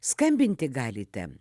skambinti galite